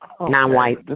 Non-white